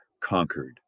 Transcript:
conquered